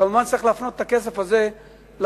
כמובן, צריך להפנות את הכסף הזה לחינוך